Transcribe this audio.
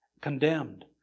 condemned